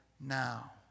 now